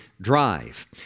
drive